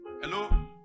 Hello